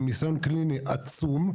עם ניסיון קליני עצום,